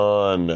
on